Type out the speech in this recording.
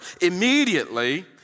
Immediately